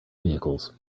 vehicles